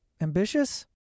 Ambitious